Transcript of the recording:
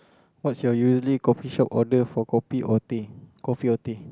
what's your usually coffee shop order for kopi or teh coffee or teh